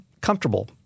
comfortable